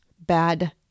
Bad